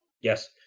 Yes